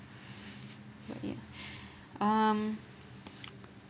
but ya um